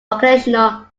occasional